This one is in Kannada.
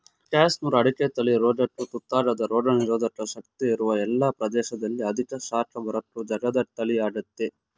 ಕ್ಯಾಸನೂರು ಅಡಿಕೆ ತಳಿ ರೋಗಕ್ಕು ತುತ್ತಾಗದ ರೋಗನಿರೋಧಕ ಶಕ್ತಿ ಇರುವ ಎಲ್ಲ ಪ್ರದೇಶದಲ್ಲಿ ಅಧಿಕ ಶಾಖ ಬರಕ್ಕೂ ಜಗ್ಗದ ತಳಿಯಾಗಯ್ತೆ